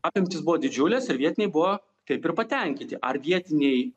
apimtys buvo didžiulės ir vietiniai buvo kaip ir patenkinti ar vietiniai